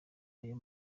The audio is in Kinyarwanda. ayo